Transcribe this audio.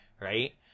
Right